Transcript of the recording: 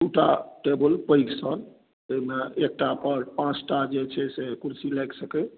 दूटा टेबुल पैघ सन जाहिमे एकटापर पाँच टा जे छै से कुर्सी लागि सकए